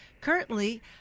Currently